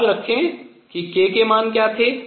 याद रखें कि k के मान क्या थे